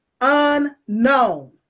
unknown